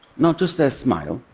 not just their smile,